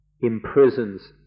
imprisons